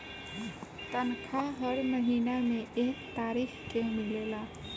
तनखाह हर महीना में एक तारीख के मिलेला